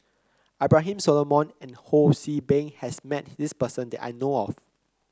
Abraham Solomon and Ho See Beng has met this person that I know of